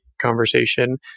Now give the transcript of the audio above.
conversation